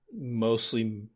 mostly